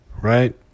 right